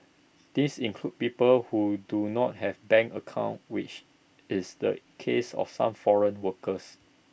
these include people who do not have bank accounts which is the case of some foreign workers